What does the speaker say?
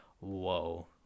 whoa